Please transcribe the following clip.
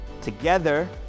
Together